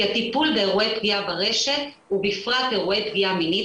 שהטיפול באירועי פגיעה ברשת ובפרט אירועי פגיעה מינית